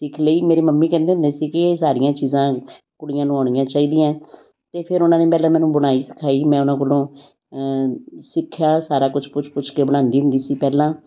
ਸਿੱਖ ਲਈ ਮੇਰੀ ਮੰਮੀ ਕਹਿੰਦੇ ਹੁੰਦੇ ਸੀ ਕਿ ਇਹ ਸਾਰੀਆਂ ਚੀਜ਼ਾਂ ਕੁੜੀਆਂ ਨੂੰ ਆਉਣੀਆਂ ਚਾਹੀਦੀਆਂ ਤੇ ਫਿਰ ਉਨ੍ਹਾਂ ਨੇ ਪਹਿਲਾਂ ਮੈਨੂੰ ਬੁਣਾਈ ਸਿਖਾਈ ਮੈਂ ਉਨ੍ਹਾਂ ਕੋਲੋਂ ਸਿੱਖਿਆ ਸਾਰਾ ਕੁਛ ਪੁਛ ਪੁਛ ਕੇ ਬਣਾਉਂਦੀ ਹੁੰਦੀ ਸੀ ਪਹਿਲਾਂ